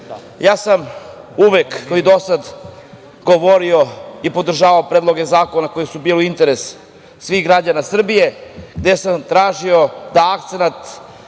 sam uvek, kao i do sada govorio i podržavao predloge zakona, koje su bile interes svih građana Srbije, gde sam tražio da akcenat,